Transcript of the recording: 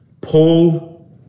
Paul